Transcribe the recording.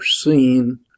seen